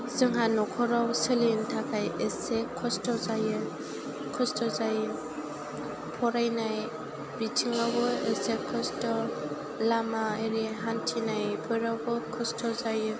जोंहा न'खराव सोलिनो थाखाय एसे खस्थ' जायो खस्थ' जायो फरायनाय बिथिङावबो एसे खस्थ' लामा एरि हान्थिनायफोरावबो खस्थ' जायो